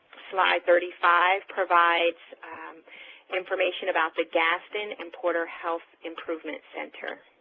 slide thirty five provides information about the gaston and porter health improvement center.